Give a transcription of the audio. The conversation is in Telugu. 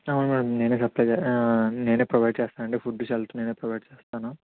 అవును మేడం నేనే సప్లై నేనే ప్రొవైడ్ చేస్తానండి ఫుడ్ షెల్టర్ నేనే ప్రొవైడ్ చేస్తాను